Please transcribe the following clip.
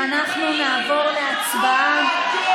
מיקי, ואנחנו נעבור להצבעה.